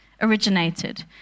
originated